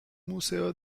museo